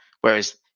Whereas